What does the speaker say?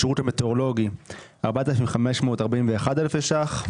55 אלפי שקלים.